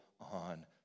on